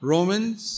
Romans